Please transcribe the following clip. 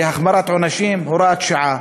להחמרת עונשים, הוראת שעה.